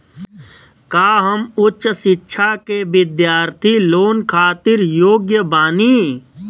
का हम उच्च शिक्षा के बिद्यार्थी लोन खातिर योग्य बानी?